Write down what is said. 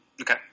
Okay